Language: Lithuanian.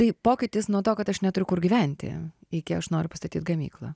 tai pokytis nuo to kad aš neturiu kur gyventi iki aš noriu pastatyt gamyklą